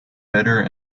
bitter